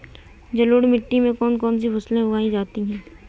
जलोढ़ मिट्टी में कौन कौन सी फसलें उगाई जाती हैं?